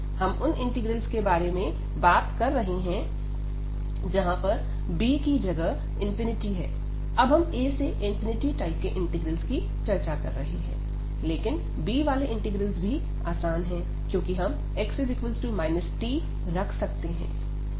हम उन इंटीग्रल के बारे में बात कर रहे हैं जहां पर b जगह ∞ है अब हम a से ∞ टाइप के इंटीग्रल्स की चर्चा कर रहे हैं लेकिन b वाले इंटीग्रल्स भी आसान है क्योंकि हम x t रख सकते हैं